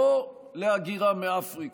לא להגירה מאפריקה,